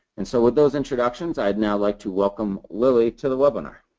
and so with those introductions, i would now like to welcome lily to the webinar.